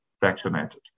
vaccinated